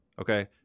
Okay